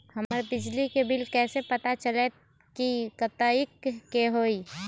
हमर बिजली के बिल कैसे पता चलतै की कतेइक के होई?